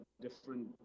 different